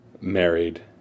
married